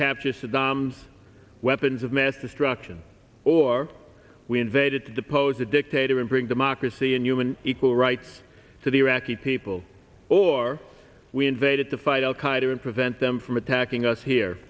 capture saddam's weapons of mass destruction or we invaded to depose a dictator and bring democracy and human equal rights to the iraqi people or we invaded to fight al qaeda and prevent them from attacking us here